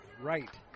right